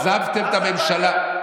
עזבתם את הממשלה.